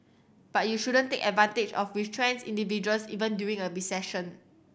but you shouldn't take advantage of retrenched individuals even during a recession